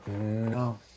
No